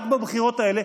רק בבחירות האלה,